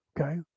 okay